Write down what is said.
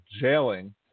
jailing